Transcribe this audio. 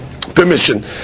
permission